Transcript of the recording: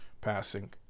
passing